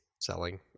selling